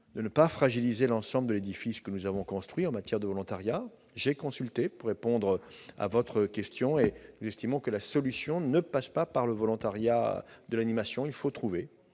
de ne pas fragiliser l'ensemble de l'édifice que nous avons construit en matière de volontariat. J'ai procédé à des consultations et nous estimons que la solution ne passe pas par le volontariat de l'animation. Il faut trouver